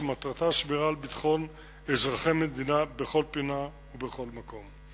שמטרתה שמירה על ביטחון אזרחי המדינה בכל פינה ובכל מקום.